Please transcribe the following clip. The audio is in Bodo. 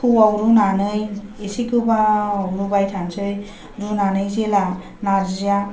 थौआव रुनानै एसे गोबाव रुबाय थानोसै रुनानै जेब्ला नार्जिआ